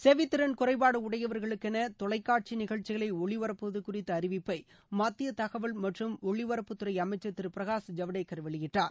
செவித்திறன் குறைபாடு உடையவர்களுக்கென தொலைகாட்சி நிகழ்ச்சிகளை ஒளிபரப்புவது குறித்த அறிவிப்பை மத்திய தகவல் மற்றும் ஒலிபரப்புத் துறை அமைச்ச் திரு பிரகாஷ் ஜவடேக்கள் வெளியிட்டார்